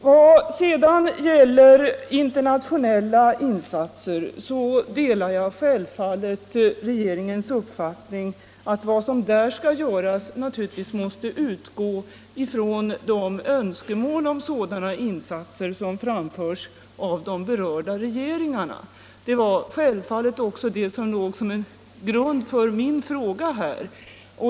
Vad sedan gäller internationella insatser delar jag självfallet regeringens uppfattning att vad som skall göras måste utgå från de önskemål om sådana insatser som framförs av de berörda regeringarna. Den synen låg också till grund för min fråga här.